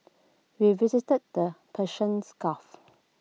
we visited the Persian's gulf